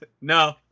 No